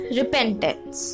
repentance